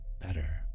better